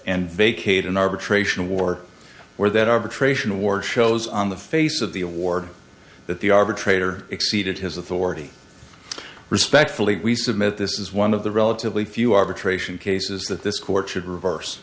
and vacate an arbitration war or that arbitration award shows on the face of the award that the arbitrator exceeded his authority respectfully we submit this is one of the relatively few arbitration cases that this court should reverse